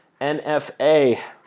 NFA